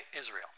Israel